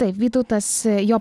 taip vytautas jo